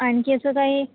आणखी असं काही